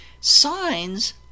Signs